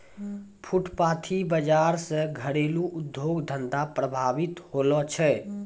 फुटपाटी बाजार से घरेलू उद्योग धंधा प्रभावित होलो छै